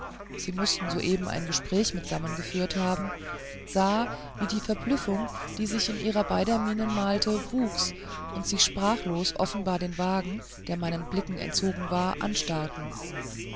sie mußten soeben ein gespräch mitsammen geführt haben sah wie die verblüffung die sich in ihrer beider mienen malte wuchs und sie sprachlos offenbar den wagen der meinen blicken entzogen war anstarrten